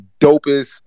dopest